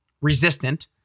resistant